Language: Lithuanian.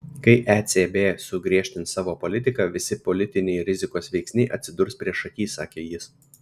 kai ecb sugriežtins savo politiką visi politiniai rizikos veiksniai atsidurs priešaky sakė jis